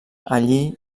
allí